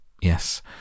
Yes